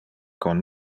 con